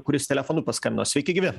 kuris telefonu paskambino sveiki gyvi